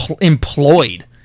employed